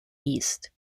east